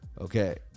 okay